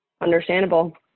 Understandable